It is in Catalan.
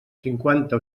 cinquanta